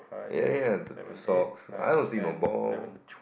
ya ya t~ two socks I no see no ball